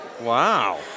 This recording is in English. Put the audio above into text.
Wow